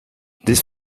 this